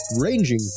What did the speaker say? ranging